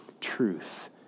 truth